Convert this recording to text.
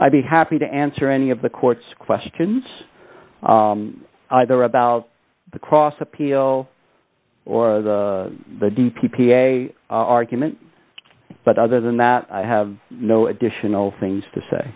i'd be happy to answer any of the court's questions either about the cross appeal or the d p p a argument but other than that i have no additional things to say